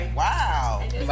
wow